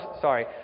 sorry